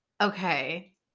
okay